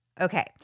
Okay